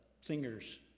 singers